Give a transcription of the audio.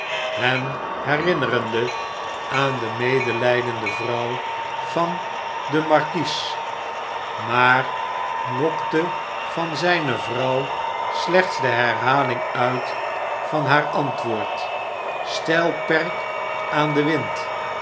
hen herinnerende aan de medelijdende vrouw van den markies maar lokte van zgne vrouw slechts de herhaling uit van haar anwtoord stel perk aan den wind